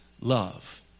love